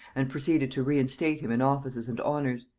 and proceeded to reinstate him in offices and honors.